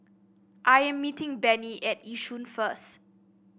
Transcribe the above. I am meeting Benny at Yishun first